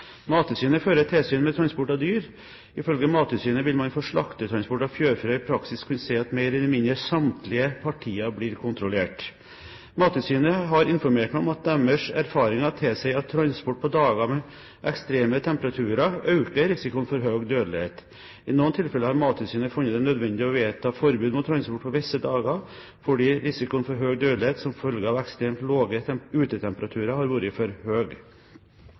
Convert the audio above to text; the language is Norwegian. Mattilsynet fører tilsyn med transport av dyr. Ifølge Mattilsynet vil man for slaktetransport av fjørfe i praksis kunne si at mer eller mindre samtlige partier blir kontrollert. Mattilsynet har informert meg om at deres erfaringer tilsier at transport på dager med ekstreme temperaturer øker risikoen for høy dødelighet. I noen tilfeller har Mattilsynet funnet det nødvendig å vedta forbud mot transport på visse dager, fordi risikoen for høy dødelighet som følge av ekstremt lave utetemperaturer har vært for